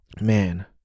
Man